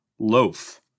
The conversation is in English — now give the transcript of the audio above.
Loaf